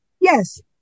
Yes